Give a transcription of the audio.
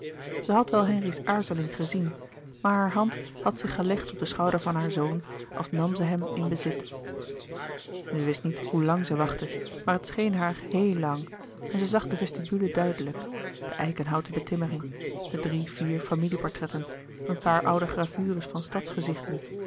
zij had wel henri's aarzeling gezien maar haar hand had zich gelegd op den schouder van haar zoon als nam zij hem in bezit zij wist niet hoe lang zij wachtte maar het scheen haar heel lang en zij zag de vestibule duidelijk de eikenhouten betimmering de drie vier familie-portretten een paar oude gravures van